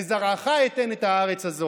לזרעך אתן את הארץ הזאת.